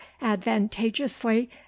advantageously